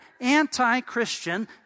anti-Christian